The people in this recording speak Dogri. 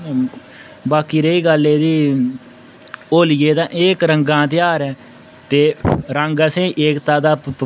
बाकी रेही गल्ल एह्दी होलियै दी एह् इक रंगा दा ध्यार ऐ ते रंग असेंगी एकता दा